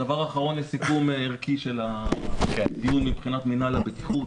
דבר אחרון לסיכום ערכי של הדיון מבחינת מינהל הבטיחות,